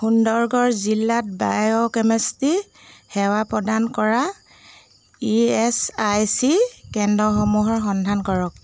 সুন্দৰগড় জিলাত বায়'কেমেষ্ট্ৰী সেৱা প্ৰদান কৰা ই এছ আই চি কেন্দ্ৰসমূহৰ সন্ধান কৰক